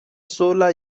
sola